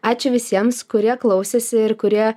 ačiū visiems kurie klausėsi ir kurie